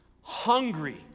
hungry